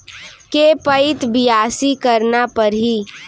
के पइत बियासी करना परहि?